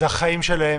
זה החיים שלהם,